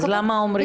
אז למה אומרים 30?